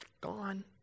Gone